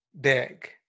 big